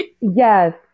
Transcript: Yes